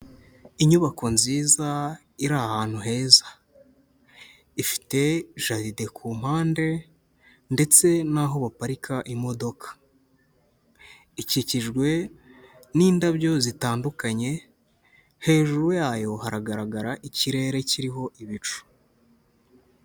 Inyubako nziza iri ahantu heza, ifite jaride ku mpande ndetse n'aho baparika imodoka, ikikijwe n'indabyo zitandukanye, hejuru yayo haragaragara ikirere kiriho ibicu.